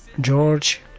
george